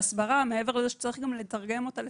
והסברה, מעבר לזה שצריך גם לתרגם אותה לשפות,